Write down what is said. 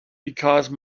because